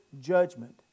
judgment